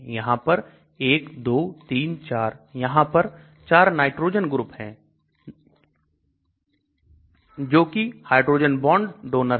यहां पर 1234 यहां पर चार नाइट्रोजन ग्रुप हैं दो जो कि हाइड्रोजन बॉन्ड डोनर हैं